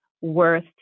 worth